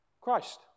Christ